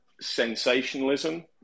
sensationalism